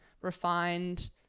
refined